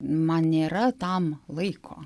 man nėra tam laiko